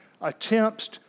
Attempts